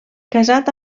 casat